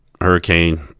hurricane